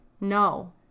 No